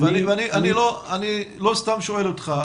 אני לא סתם שואל אותך.